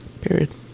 Period